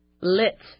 Lit